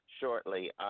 shortly